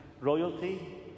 royalty